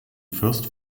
first